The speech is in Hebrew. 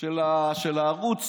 של הערוץ